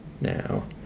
now